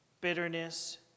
bitterness